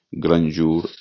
grandeur